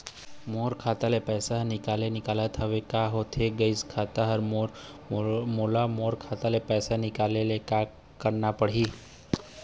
मोर खाता ले पैसा हर निकाले निकलत हवे, का होथे गइस खाता हर मोर, मोला मोर खाता ले पैसा निकाले ले का करे ले पड़ही?